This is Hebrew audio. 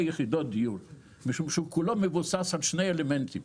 יחידות דיור משום שהוא כולו מבוסס על שני אלמנטים: